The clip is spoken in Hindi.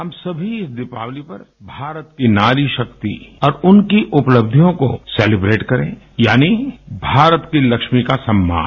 हम सभी इस दीपावली पर भारत की नारी शक्ति और उनकी उपलब्धियों को सेलिब्रेट करें यानी भारत की लक्ष्मी का सम्मान